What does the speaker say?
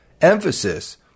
emphasis